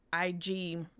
ig